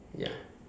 ya